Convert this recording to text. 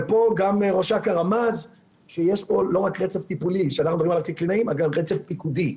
וגם ראש אכ"א רמז שיש פה לא רק רצף טיפולי אלא רצף פיקודי.